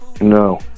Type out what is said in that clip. No